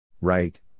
Right